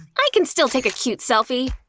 i can still take a cute selfie!